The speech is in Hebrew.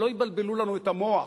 שלא יבלבלו לנו את המוח,